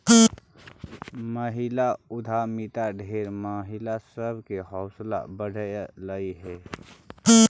महिला उद्यमिता ढेर महिला सब के हौसला बढ़यलई हे